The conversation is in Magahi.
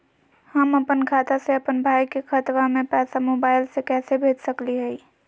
हम अपन खाता से अपन भाई के खतवा में पैसा मोबाईल से कैसे भेज सकली हई?